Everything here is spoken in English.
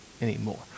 anymore